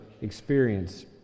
experience